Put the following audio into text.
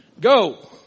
Go